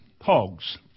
hogs